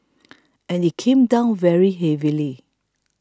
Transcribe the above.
and it came down very heavily